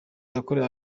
yakorewe